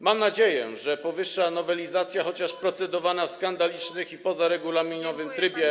Mam nadzieję, że powyższa nowelizacja, chociaż procedowana w skandalicznym i pozaregulaminowym trybie.